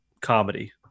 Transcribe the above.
comedy